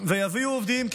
ויביאו עובדים,